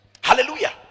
Hallelujah